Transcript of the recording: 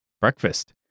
Breakfast